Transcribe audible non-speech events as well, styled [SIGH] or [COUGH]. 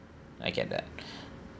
I get that [BREATH]